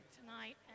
tonight